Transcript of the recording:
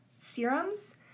Serums